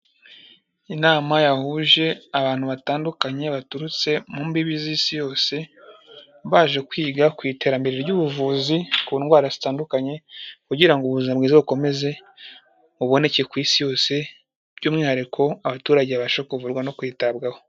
Inama yahuje abantu batandukanye baturutse mu mbibi z'isi yose, baje kwiga ku iterambere ry'ubuvuzi ku ndwara zitandukanye kugira ngo ubuzima bwiza bukomeze buboneke ku isi yose by'umwihariko abaturage babashe kuvurwa no kwitabwaho.